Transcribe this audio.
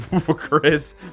Chris